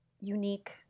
unique